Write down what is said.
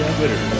Twitter